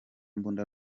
mbunda